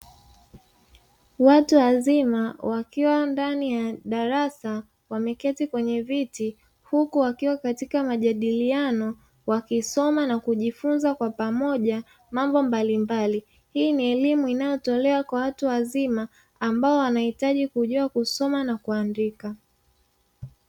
Watu wazima wakiwa ndani ya darasa wameketi kwenye viti huku wakiwa katika majadiliano wakisoma na kujifunza kwa pamoja mambo mbalimbali. Hii ni elimu inayotolewa kwa watu wazima ambao wanahitaji kujua kusoma na kuandika.